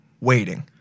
waiting